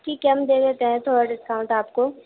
ٹھیک ہے ہم دے دیتے ہیں تھوڑا ڈسکاؤنٹ آپ کو